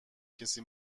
کسی